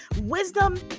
wisdom